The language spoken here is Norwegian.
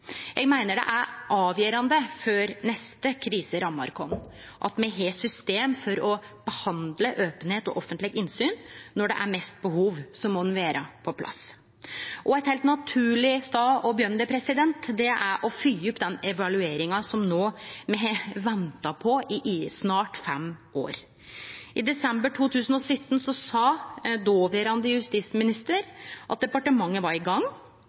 Eg meiner det er avgjerande før neste krise rammar oss at me har system for å behandle openheit og offentleg innsyn. Når det er mest behov, må det vere på plass. Ein heilt naturleg stad å begynne er å følgje opp evalueringa som me no har venta på i snart fem år. I desember 2017 sa dåverande justisminister at departementet var i gang,